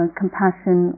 compassion